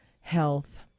health